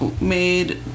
made